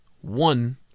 one